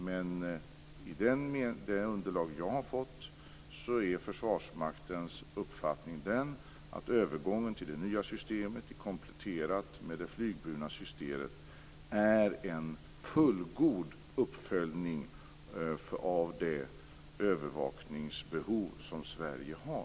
Men i det underlag som jag har fått är Försvarsmaktens uppfattning att övergången till det nya systemet kompletterat med det flygburna systemet är en fullgod uppföljning av det övervakningsbehov som Sverige har.